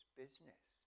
business